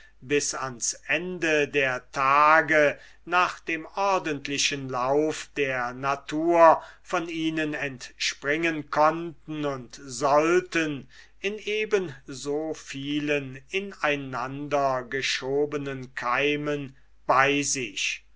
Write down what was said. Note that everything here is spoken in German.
bis ans ende der tage nach dem ordentlichen lauf der natur von ihnen entspringen konnten und sollten in eben soviel ineinandergeschobenen keimen bei sich